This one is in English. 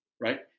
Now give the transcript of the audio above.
Right